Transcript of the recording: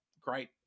great